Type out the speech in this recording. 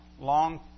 long